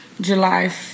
July